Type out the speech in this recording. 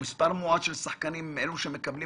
ומספר מועט של שחקנים הם אלה שמקבלים